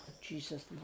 Jesus